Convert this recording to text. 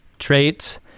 traits